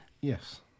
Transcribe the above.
Yes